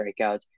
strikeouts